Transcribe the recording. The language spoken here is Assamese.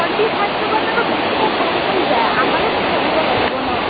থাৰ্টি ফাইভটো বাইদেউ অলপ বেছিয়ে কম হৈ যায় আমাৰোতো চলিব লাগিব ন'